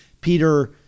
Peter